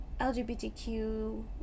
LGBTQ